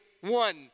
one